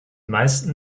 meisten